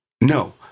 No